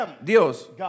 Dios